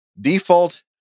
Default